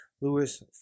Lewis